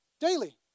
daily